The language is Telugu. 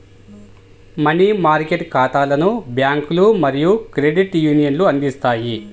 మనీ మార్కెట్ ఖాతాలను బ్యాంకులు మరియు క్రెడిట్ యూనియన్లు అందిస్తాయి